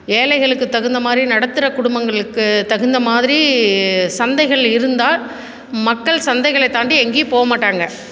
ஏழைகளுக்கு தகுந்த மாதிரி நடுத்தர குடும்பங்களுக்கு தகுந்த மாதிரி சந்தைகள் இருந்தால் மக்கள் சந்தைகளை தாண்டி எங்கேயும் போக மாட்டாங்க